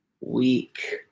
Week